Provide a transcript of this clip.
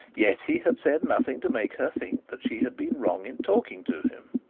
yet he had said nothing to make her think that she had been wrong in talking to him.